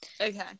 Okay